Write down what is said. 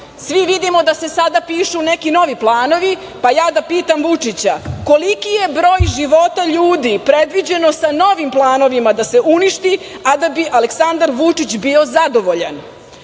Svi vidimo da se sada pišu neki novi planovi, pa ja da pitam Vučića – koliki je broj života ljudi predviđeno sa novim planovima da se uništi, a da bi Aleksandar Vučić bio zadovoljan? Pitanje